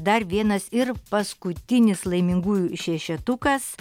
dar vienas ir paskutinis laimingųjų šešetukas